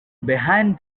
behind